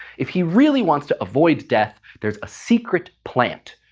if he really wants to avoid death there's a secret plant,